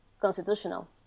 constitutional